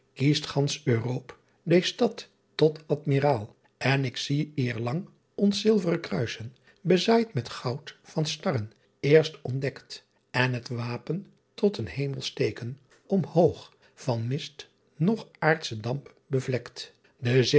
tot mirael n k zie eerlang ons zilvre kruissen ezaeit met gout van starren eerst ontdeckt n t wapen tot een emelsch teken m hoogh van mist noch aerdschen damp bevleckt en